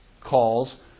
calls